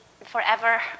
forever